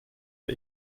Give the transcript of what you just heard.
wir